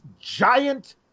giant